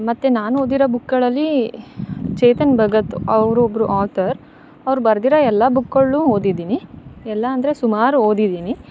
ಮತ್ತು ನಾನು ಓದಿರೊ ಬುಕ್ಗಳಲ್ಲಿ ಚೇತನ್ ಭಗತ್ ಅವ್ರೊಬ್ಬರು ಆತರ್ ಅವ್ರು ಬರ್ದಿರೊ ಎಲ್ಲ ಬುಕ್ಗಳನ್ನು ಓದಿದಿನಿ ಎಲ್ಲ ಅಂದರೆ ಸುಮಾರು ಓದಿದಿನಿ